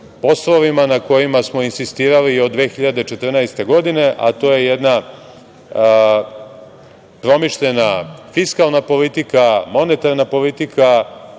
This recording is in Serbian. poslovima na kojima smo insistirali od 2014. godine, a to je jedna promišljena fiskalna politika, monetarna politika,